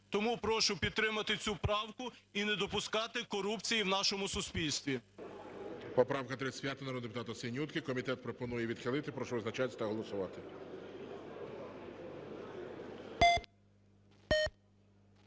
Тому прошу підтримати цю правку і не допускати корупції в нашому суспільстві.